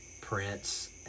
Prince